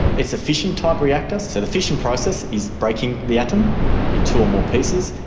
it's a fission type reactor, so the fission process is breaking the atom in two or more pieces.